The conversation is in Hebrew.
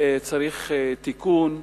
צריך תיקון.